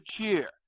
cheer